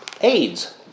aids